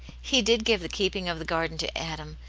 he did give the keeping of the garden to adam,